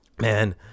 Man